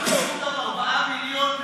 אבל לקחו להם 4 מיליון,